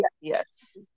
yes